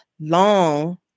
long